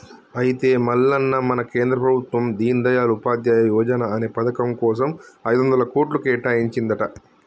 అయితే మల్లన్న మన కేంద్ర ప్రభుత్వం దీన్ దయాల్ ఉపాధ్యాయ యువజన అనే పథకం కోసం ఐదొందల కోట్లు కేటాయించిందంట